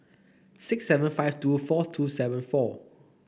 six seven five two four two seven four